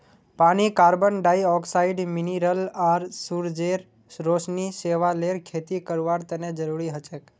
पानी carbon dioxide mineral आर सूरजेर रोशनी शैवालेर खेती करवार तने जरुरी हछेक